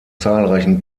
zahlreichen